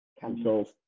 cancelled